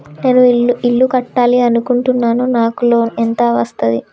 నేను ఇల్లు కట్టాలి అనుకుంటున్నా? నాకు లోన్ ఎంత వస్తది?